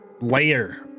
layer